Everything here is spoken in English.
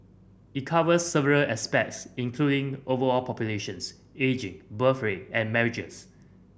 it covers several aspects including overall populations ageing birth rate and marriages